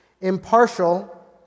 impartial